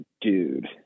dude